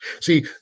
See